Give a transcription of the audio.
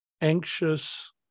anxious